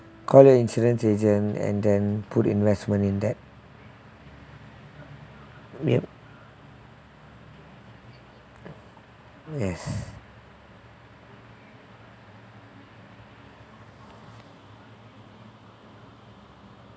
call your insurance agent and then put investment in that yup yes